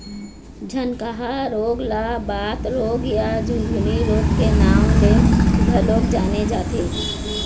झनकहा रोग ल बात रोग या झुनझनी रोग के नांव ले घलोक जाने जाथे